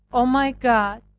o my god,